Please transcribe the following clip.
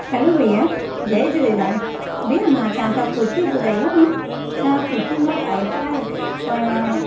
हलो भैया जय झूलेलाल भैया मां तव्हां खां कुर्ती घुराई आहे न सा कुर्ती मूं वटि आई त आहे पाण